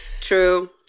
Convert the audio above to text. True